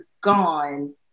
gone